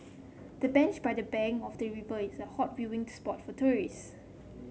the bench by the bank of the river is a hot viewing spot for tourists